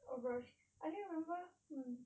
oh gosh I don't remember mm